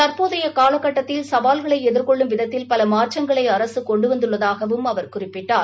தற்போதைய காலகட்டத்தில் சாவல்களை எதிர்கொள்ளும் விதத்தில் பல மாற்றங்களை அரசு கொண்டு வந்துள்ளதாகவும் அவர் குறிப்பிட்டார்